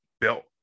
built